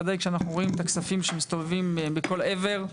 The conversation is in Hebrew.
ודאי כשאנחנו רואים את הכספים שמסתובבים בכל עבר.